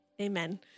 Amen